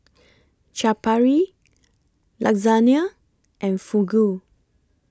Chaat Papri Lasagna and Fugu